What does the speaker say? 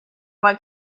what